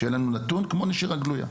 שיהיה לנו נתון כמו על נשירה גלויה.